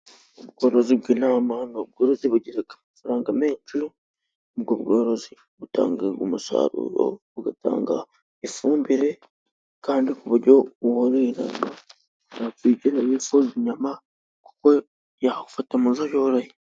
Ubworozi bw'intama ni ubworozi bugira amafaranga menshi, ubwo bworozi butanga umusaruro, bugatanga ifumbire ,kandi ku buryo buboroheye ntabwo bigera bifuza inyama kuko yafata mu zo yoroye